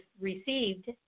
received